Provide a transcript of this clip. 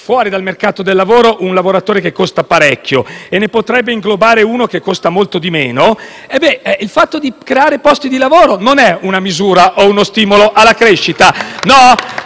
fuori dal mercato del lavoro un lavoratore che costa parecchio e ne potrebbe inglobare uno che costa molto meno, il fatto di creare posti di lavoro non è una misura o uno stimolo alla crescita?